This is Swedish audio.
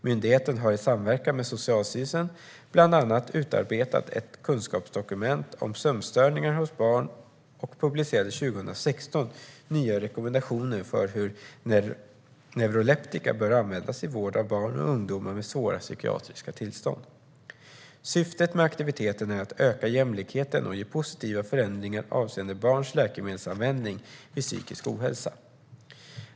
Myndigheten har i samverkan med Socialstyrelsen bland annat utarbetat ett kunskapsdokument om sömnstörningar hos barn och publicerade 2016 nya rekommendationer för hur neuroleptika bör användas i vård av barn och ungdomar med svåra psykiatriska tillstånd. Syftet med aktiviteterna är att öka jämlikheten och ge positiva förändringar avseende barns läkemedelsanvändning vid psykisk ohälsa.